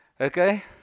Okay